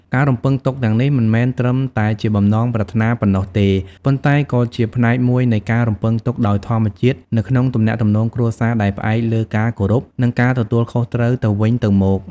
ការរំពឹងទុកទាំងនេះមិនមែនត្រឹមតែជាបំណងប្រាថ្នាប៉ុណ្ណោះទេ ប៉ុន្តែក៏ជាផ្នែកមួយនៃការរំពឹងទុកដោយធម្មជាតិនៅក្នុងទំនាក់ទំនងគ្រួសារដែលផ្អែកលើការគោរព និងការទទួលខុសត្រូវទៅវិញទៅមក។